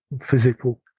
physical